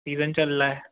season चल रहा है